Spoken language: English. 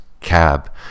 cab